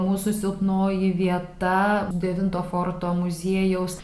mūsų silpnoji vieta devinto forto muziejaus